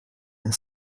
and